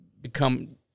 become